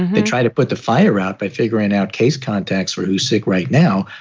they try to put the fire out by figuring out case contacts for who's sick right now.